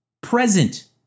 present